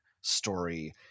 story